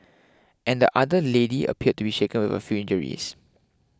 and the other lady appeared to be shaken with a few injuries